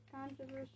controversy